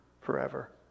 forever